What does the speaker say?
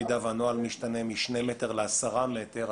אם הנוהל משתנה משני מטר ל-10 מטר,